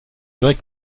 grec